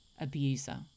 abuser